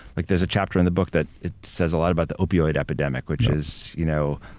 like there's a chapter in the book that, it says a lot about the opioid epidemic, which is you know,